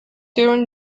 during